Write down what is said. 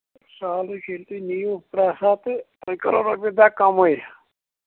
سَہلٕے چھُ ییٚلہِ تُہۍ نِیو پرٛتھ ساتہٕ تیٚلہِ کَرو رۄپیہِ دہ کَمٕے